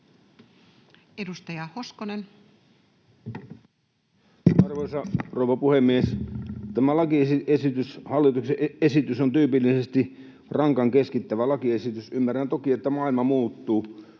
14:24 Content: Arvoisa rouva puhemies! Tämä hallituksen esitys on tyypillisesti rankan keskittävä lakiesitys. Ymmärrän toki, että maailma muuttuu,